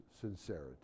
sincerity